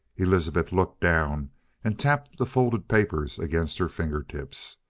elizabeth looked down and tapped the folded paper against her fingertips.